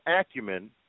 acumen